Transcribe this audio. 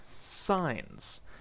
Signs